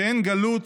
שאין גלות